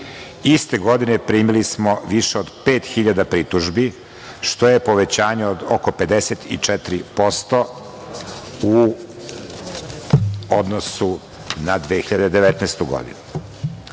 iste godine primili smo više od 5.000 pritužbi što je povećanje od oko 54% u odnosu na 2019. godinu. Najveći